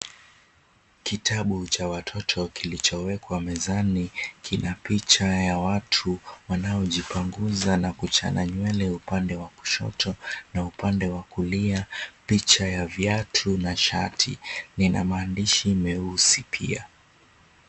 Kitabu cha watoto kilichowekwa mezani kina picha ya watu wanaojipunguza na kuchana nywele upande wa kushoto na upande wa kulia, picha ya viatu na shati. Lina maandishi meusi pia.